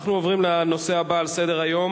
אנחנו עוברים לנושא הבא על סדר-היום,